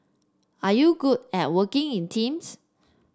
are you good at working in teams